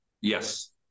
Yes